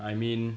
I mean